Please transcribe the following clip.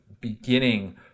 beginning